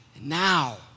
now